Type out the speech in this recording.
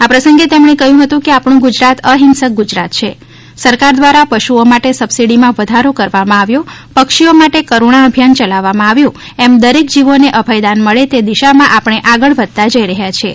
આ પ્રસંગે તેમણે કહ્યું હતું કે આપણું ગુજરાત અહિંસક ગુજરાત છે સરકાર દ્વારા પશુઓ માટે સબસીડીમાં વધારો કરવામાં આવ્યો પક્ષીઓ માટે કરુણા અભિયાન ચલાવવામાં આવ્યું એમ દરેક જીવોને અભયદાન મળે તે દિશામાં આપણે આગળ વધવા જઈ રહ્યા છીએ